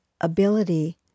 ability